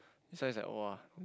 this one is like !wah!